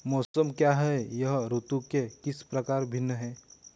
मौसम क्या है यह ऋतु से किस प्रकार भिन्न है?